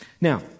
Now